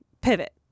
pivot